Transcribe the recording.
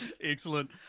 Excellent